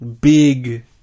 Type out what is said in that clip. big